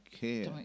care